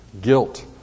guilt